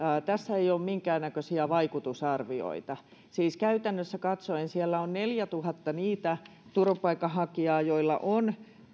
ei ole minkäännäköisiä vaikutusarvioita siis käytännössä katsoen siellä on neljätuhatta sellaista turvapaikanhakijaa jolla on